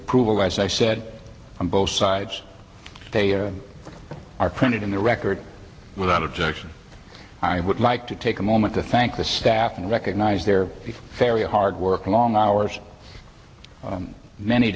approval as i said from both sides they are printed in the record without objection i would like to take a moment to thank the staff and recognize their fairly hard work long hours many